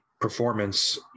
performance